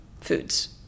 foods